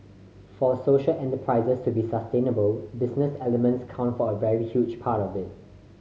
for social enterprises to be sustainable business elements count for a very huge part of it